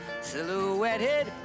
silhouetted